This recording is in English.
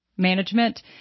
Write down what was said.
Management